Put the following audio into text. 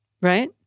Right